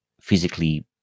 physically